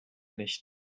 nicht